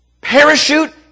parachute